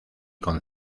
con